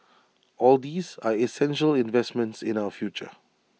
all these are essential investments in our future